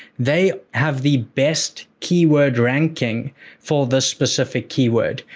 they have the best keyword ranking for this specific keyword.